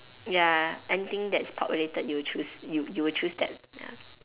ya anything that is pork related you will choose you you will choose that ya